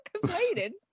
complaining